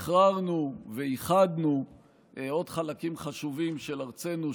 שחררנו ואיחדנו עוד חלקים חשובים של ארצנו,